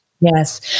Yes